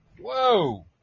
Whoa